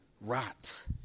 rot